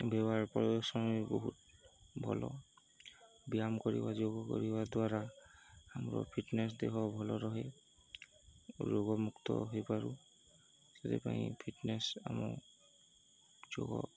ବ୍ୟବହାର ବି ବହୁତ ଭଲ ବ୍ୟାୟାମ କରିବା ଯୋଗ କରିବା ଦ୍ୱାରା ଆମର ଫିଟନେସ୍ ଦେହ ଭଲ ରହେ ରୋଗମୁକ୍ତ ହେଇପାରୁ ସେଥିପାଇଁ ଫିଟନେସ୍ ଆମ ଯୋଗ